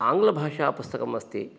आङ्गलभाषापुस्तकमस्ति